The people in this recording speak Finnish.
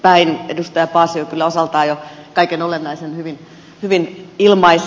edustaja paasio kyllä osaltaan jo kaiken olennaisen hyvin ilmaisi